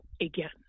again